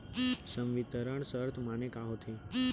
संवितरण शर्त माने का होथे?